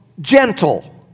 gentle